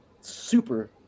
super